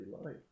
life